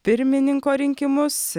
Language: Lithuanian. pirmininko rinkimus